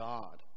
God